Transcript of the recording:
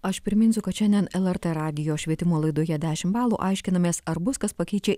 aš priminsiu kad šiandien lrt radijo švietimo laidoje dešim balų aiškinamės ar bus kas pakeičia